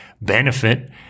benefit